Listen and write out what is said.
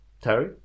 Terry